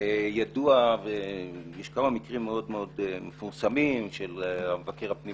ידוע ויש כמה מקרים מאוד מאוד מפורסמים כמו של מבקר הפנים